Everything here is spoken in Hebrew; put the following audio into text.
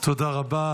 תודה רבה.